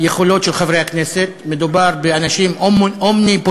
היכולות של חברי כנסת, מדובר באנשים אומניפוטנטים,